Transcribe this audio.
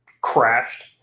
crashed